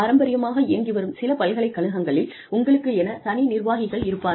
பாரம்பரியமாக இயங்கி வரும் சில பல்கலைக்கழகங்களில் உங்களுக்கென தனி நிர்வாகிகள் இருப்பார்கள்